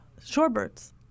shorebirds